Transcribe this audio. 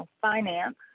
finance